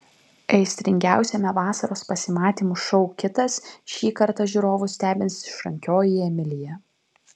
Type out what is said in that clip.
aistringiausiame vasaros pasimatymų šou kitas šį kartą žiūrovus stebins išrankioji emilija